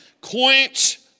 Quench